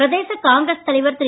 பிரதேச காங்கிரஸ் தலைவர் திரு